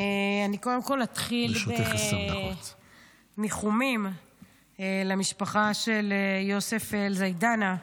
אני קודם כול אתחיל בניחומים למשפחה של יוסף אל-זיאדנה.